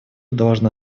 должно